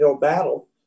battle